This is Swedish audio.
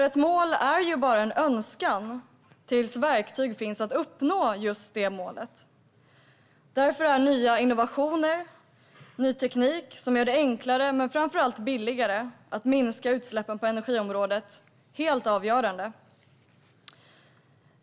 Ett mål är ju bara en önskan tills verktyg finns för att uppnå just det målet. Därför är nya innovationer och ny teknik som gör det enklare men framför allt billigare att minska utsläppen på energiområdet helt avgörande.